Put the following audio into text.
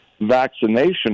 vaccination